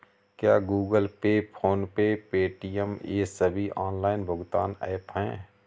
क्या Google Pay PhonePe Paytm ये सभी ऑनलाइन भुगतान ऐप हैं?